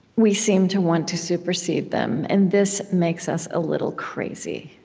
we seem to want to supersede them, and this makes us a little crazy.